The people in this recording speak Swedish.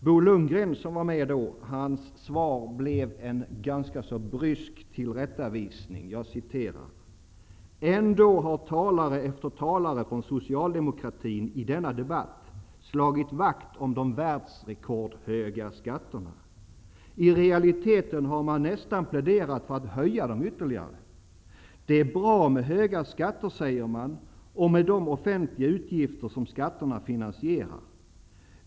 Bo Lundgren, som var med då, svarade med en ganska så brysk tillrättavisning: ''Ändå har talare efter talare från socialdemokratin i denna debatt slagit vakt om de världsrekordhöga skatterna. I realiteten har man nästan pläderat för att höja dem ytterligare. Det är bra med höga skatter, säger man, och med de offentliga utgifter som skatterna finansierar.